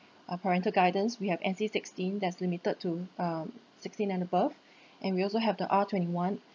or parental guidance we have N_C sixteen that's limited to um sixteen and above and we also have the R twenty-one